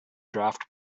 draft